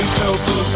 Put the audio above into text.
tofu